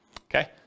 Okay